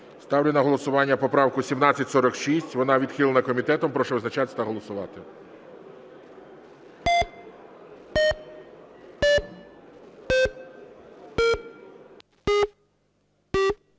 Ставлю на голосування поправку 1746. Вона відхилена комітетом. Прошу визначатися та голосувати.